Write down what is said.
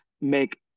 make